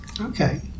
Okay